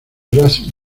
racing